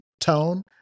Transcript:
tone